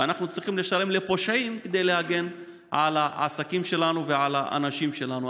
ואנחנו צריכים לשלם לפושעים כדי להגן על העסקים שלנו ועל האנשים שלנו.